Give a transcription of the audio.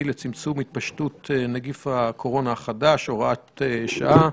לצמצום התפשטות נגיף הקורונה החדש (הוראת שעה),